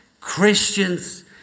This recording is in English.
Christians